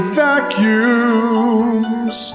vacuums